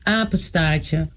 apenstaartje